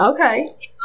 Okay